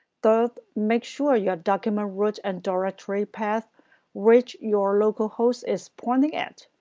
third, make sure your documentroot and directory path which your localhost is pointing at